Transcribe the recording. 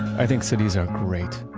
i think cities are great.